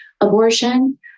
abortion